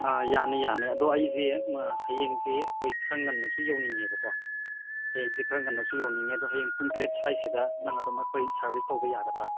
ꯌꯥꯅꯤ ꯌꯥꯅꯤ ꯑꯗꯣ ꯑꯩꯁꯦ ꯍꯌꯦꯡꯁꯦ ꯑꯩꯈꯣꯏ ꯈꯔ ꯉꯟꯅꯁꯨ ꯌꯧꯅꯤꯡꯉꯦꯕꯀꯣ ꯍꯌꯦꯡꯁꯦ ꯈꯔ ꯉꯟꯅꯁꯨ ꯌꯧꯅꯤꯡꯉꯦ ꯑꯗꯣ ꯍꯌꯦꯡ ꯄꯨꯡ ꯇꯔꯦꯠ ꯁ꯭ꯋꯥꯏꯁꯤꯗ ꯅꯪ ꯑꯗꯨꯝ ꯑꯩꯈꯣꯏ ꯁꯥꯔꯕꯤꯁ ꯇꯧꯕ ꯌꯥꯒꯗ꯭ꯔꯥ